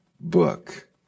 book